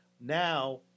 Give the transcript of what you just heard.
Now